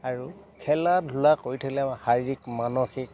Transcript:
আৰু খেলা ধূলা কৰি থাকিলে শাৰীৰিক মানসিক